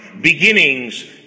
beginnings